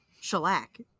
shellac